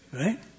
Right